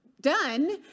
done